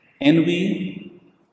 Envy